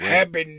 Happy